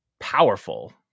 powerful